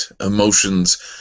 emotions